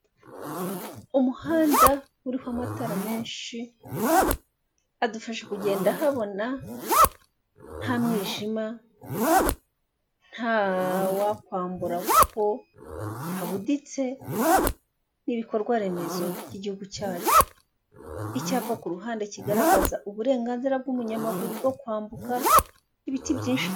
Umuhanda uriho amatara menshi, adufasha kugenda habona nta mwijima, ntawakwambura kuko habuditse n'ibikorwaremezo by'igihugu cyacu. Icyapa ku ruhande kigaragaza uburenganzira bw'umunyamaguru bwo kwambuka, ibiti byinshi